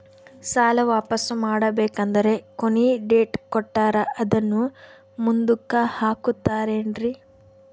ಸಾಲ ವಾಪಾಸ್ಸು ಮಾಡಬೇಕಂದರೆ ಕೊನಿ ಡೇಟ್ ಕೊಟ್ಟಾರ ಅದನ್ನು ಮುಂದುಕ್ಕ ಹಾಕುತ್ತಾರೇನ್ರಿ?